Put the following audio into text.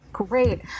Great